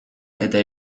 eta